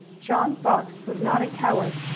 john fox was not a coward,